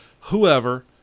whoever